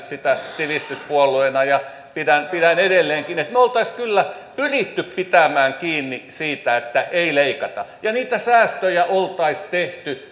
sitä sivistyspuolueena ja pidän pidän edelleenkin olisimme kyllä pyrkineet pitämään kiinni siitä että ei leikata ja niitä säästöjä olisi tehty